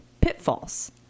pitfalls